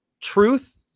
truth